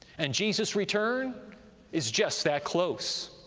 and jesus' return is just that close.